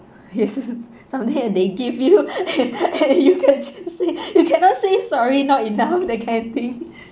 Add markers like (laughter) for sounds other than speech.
yes (laughs) something like they give you (laughs) and (laughs) and you can't say (laughs) you cannot say sorry not enough (laughs) that kind of thing